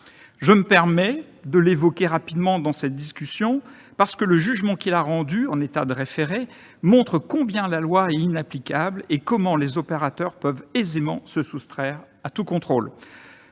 Je me permets de l'évoquer rapidement dans cette discussion, parce que le jugement rendu, en référé, montre combien la loi est inapplicable et comment les opérateurs peuvent aisément se soustraire à tout contrôle.